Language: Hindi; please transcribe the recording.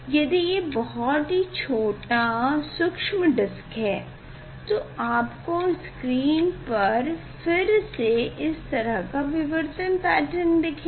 यदि ये बहुत ही छोटा सूक्ष्म डिस्क है तो आपको स्क्रीन पर फिर से इस तरह का विवर्तन पैटर्न दिखेगा